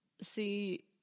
See